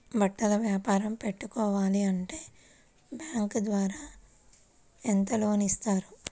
బట్టలు వ్యాపారం పెట్టుకోవాలి అంటే బ్యాంకు ద్వారా ఎంత లోన్ ఇస్తారు?